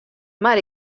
mar